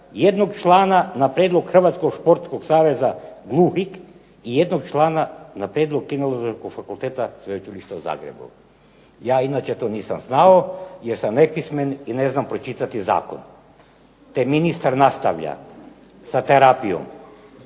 jednog člana na prijedlog Hrvatskog športskog saveza gluhih i jednog člana na prijedlog Kineziološkog fakulteta ... isto u Zagrebu". Ja inače to nisam znao jer sam nepismen i ne znam pročitati zakon, te ministar nastavlja sa terapijom